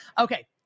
Okay